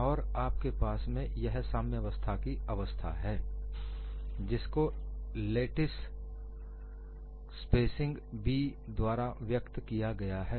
और आपके पास में यह साम्यवस्था की अवस्था है जिसको लेटिस स्पेसिंग b द्वारा व्यक्त किया गया है